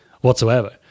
whatsoever